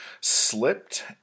slipped